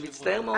אני מצטער מאוד.